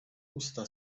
usta